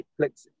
netflix